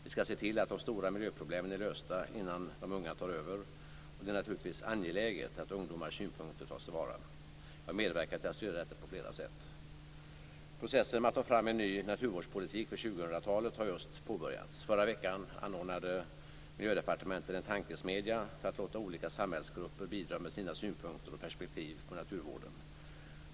Vi ska se till att de stora miljöproblemen är lösta innan de unga tar över, och det är naturligtvis angeläget att ungdomars synpunkter tas till vara. Jag medverkar till att stödja detta på flera sätt. Processen med att ta fram en ny naturvårdspolitik för 2000-talet har just påbörjats. Förra veckan anordnade Miljödepartementet en tankesmedja för att låta olika samhällsgrupper bidra med sina synpunkter och perspektiv på naturvården.